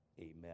amen